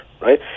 right